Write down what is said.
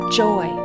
joy